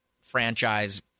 franchise